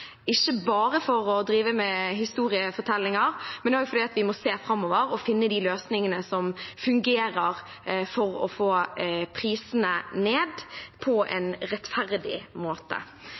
ikke bare for å drive med historiefortellinger, men også fordi vi må se framover og finne de løsningene som fungerer for å få prisene ned på en rettferdig måte.